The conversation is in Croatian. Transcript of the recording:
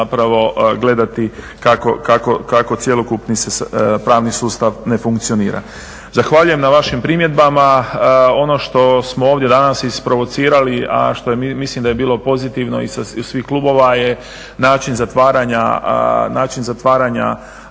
zapravo gledati kako cjelokupni pravni sustav ne funkcionira. Zahvaljujem na vašim primjedbama, ono što smo ovdje danas isprovocirali, a što mislim da je bilo pozitivno iz svih klubova je način zatvaranja